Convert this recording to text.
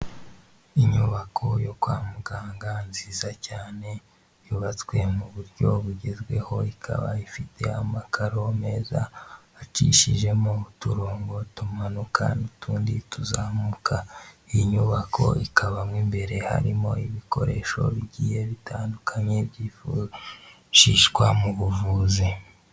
Inyubako yo kwa muganga nziza cyane yubatswe mu buryo bugezweho ikaba ifite amakaro meza acishijemo uturongo tumanuka n'utundi tuzamuka, iyi nyubako ikaba mo imbere harimo ibikoresho bigiye bitandukanye byifashishwa mu buvuzi.